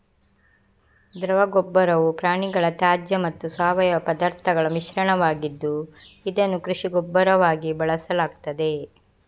ದ್ರವ ಗೊಬ್ಬರವು ಪ್ರಾಣಿಗಳ ತ್ಯಾಜ್ಯ ಮತ್ತು ಸಾವಯವ ಪದಾರ್ಥಗಳ ಮಿಶ್ರಣವಾಗಿದ್ದು, ಇದನ್ನು ಕೃಷಿ ಗೊಬ್ಬರವಾಗಿ ಬಳಸಲಾಗ್ತದೆ